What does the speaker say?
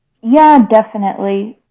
yeah, definitely.